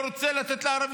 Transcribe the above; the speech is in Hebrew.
לא רוצה לתת לערבים.